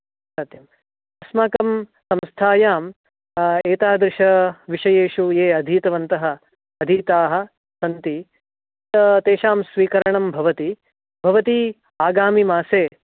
सत्यम् अस्माकं संस्थायाम् एतादृशविषयेषु ये अधीतवन्तः अधीताः सन्ति तेषां स्वीकरणं भवति भवती आगामिमासे